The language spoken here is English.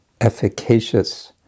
efficacious